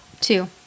two